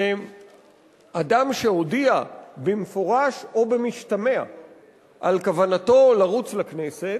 שאדם שהודיע במפורש או במשתמע על כוונתו לרוץ לכנסת,